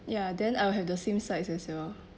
ya then I will have the same sides as well